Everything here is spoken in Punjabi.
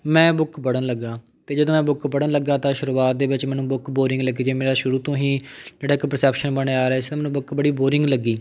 ਮੈਂ ਬੁੱਕ ਪੜ੍ਹਨ ਲੱਗਾ ਅਤੇ ਜਦੋਂ ਮੈਂ ਉਹ ਬੁੱਕ ਪੜ੍ਹਨ ਲੱਗਾ ਤਾਂ ਸ਼ੁਰੂਆਤ ਦੇ ਵਿੱਚ ਮੈਨੂੰ ਬੁੱਕ ਬੋਰਿੰਗ ਲੱਗੀ ਜਿਵੇਂ ਮੇਰਾ ਸ਼ੁਰੂ ਤੋਂ ਹੀ ਜਿਹੜਾ ਇੱਕ ਪਰਸੈਪਸ਼ਨ ਬਣਿਆ ਆ ਰਿਹਾ ਇਸ ਲਈ ਮੈਨੂੰ ਬੁੱਕ ਬੜੀ ਬੋਰਿੰਗ ਲੱਗੀ